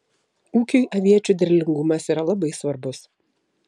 ūkiui aviečių derlingumas yra labai svarbus